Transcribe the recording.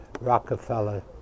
Rockefeller